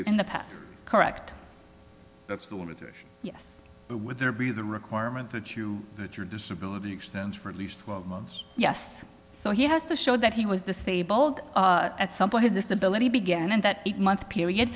in the past correct that's the limit yes would there be the requirement that you that your disability extends for at least twelve months yes so he has to show that he was disabled at some point his disability began in that eight month period